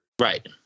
Right